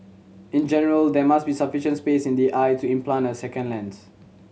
in general there must be sufficient space in the eye to implant a second lens